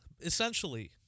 essentially